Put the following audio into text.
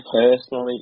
personally